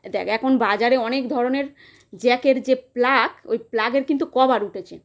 দেখ এখন বাজারে অনেক ধরনের জ্যাকের যে প্লাগ ওই প্লাগের কিন্তু কভার উঠেছে